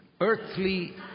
earthly